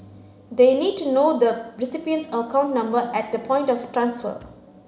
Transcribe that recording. the need to know the recipient's account number at the point of transfer